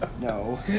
No